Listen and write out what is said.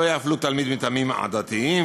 לא יפלו תלמיד מטעמים עדתיים,